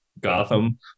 Gotham